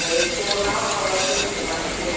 ଆଏ ତୁମର୍ ସାଙ୍ଗର ମାନେ ଅଛନ୍ତି ପରା ସେଠି